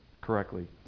correctly